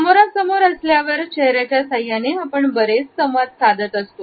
समोरा समोर असल्यावर चेहऱ्याच्या सहाय्याने आपण बरेच संवाद साधत असतो